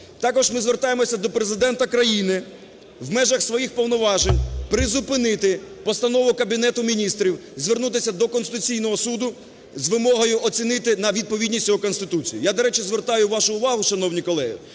Також ми звертаємось до Президента країни в межах своїх повноважень призупинити постанову Кабінету Міністрів, звернутися до Конституційного Суду з вимогою оцінити на відповідність Конституції. Я, до речі, звертаю вашу увагу, шановні колеги,